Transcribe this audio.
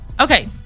Okay